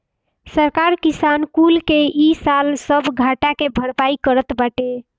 सरकार किसान कुल के इ साल सब घाटा के भरपाई करत बाटे